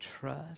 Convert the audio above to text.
trust